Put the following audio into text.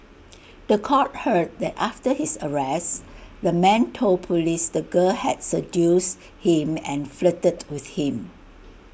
The Court heard that after his arrest the man told Police the girl had seduced him and flirted with him